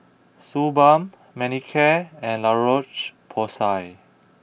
Suu Balm Manicare and La Roche Porsay